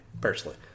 personally